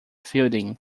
fielding